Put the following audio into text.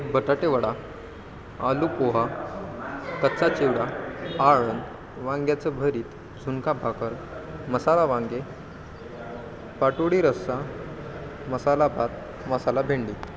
बटाटे वडा आलू पोहा कच्चा चिवडा आळन वांग्याचं भरीत झुणका भाकर मसाला वांगे पाटोडी रस्सा मसाला भात मसाला भेंडी